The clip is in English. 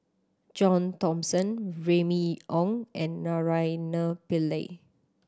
John Thomson Remy Ong and Naraina Pillai